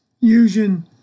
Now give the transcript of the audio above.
using